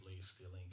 stealing